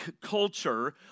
culture